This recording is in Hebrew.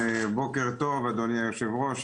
אדוני היושב-ראש,